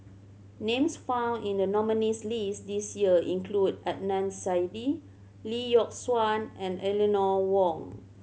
names found in the nominees' list this year include Adnan Saidi Lee Yock Suan and Eleanor Wong